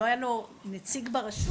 לא היה לו נציג ברשות,